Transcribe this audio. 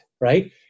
right